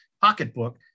pocketbook